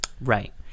Right